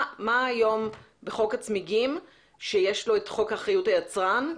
מה היום בחוק הצמיגים שיש לו את חוק אחריות היצרן.